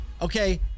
Okay